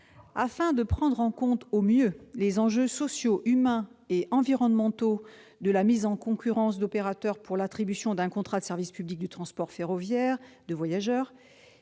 Afin de prendre en compte au mieux les enjeux sociaux, humains et environnementaux de la mise en concurrence d'opérateurs pour l'attribution d'un contrat de service public de transport ferroviaire de voyageurs,